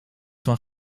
van